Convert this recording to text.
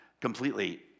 completely